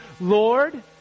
Lord